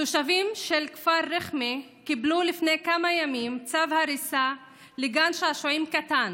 התושבים של כפר רכמה קיבלו לפני כמה ימים צו הריסה לגן שעשועים קטן.